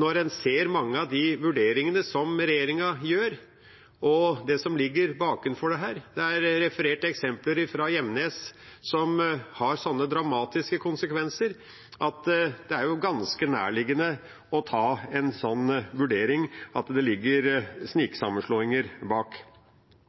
når en ser mange av vurderingene som regjeringa gjør, og det som ligger bakenfor. Det er referert til eksempler fra Gjemnes, som har så dramatiske konsekvenser at det er ganske nærliggende å vurdere at det ligger sniksammenslåinger bak.